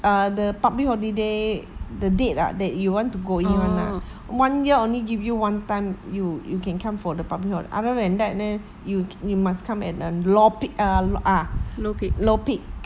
err the public holiday the date ah that you want to go in one lah one year only give you one time you you can come for the public hol~ other than that leh you you must come at um low pea~ uh ah low peak